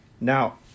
Now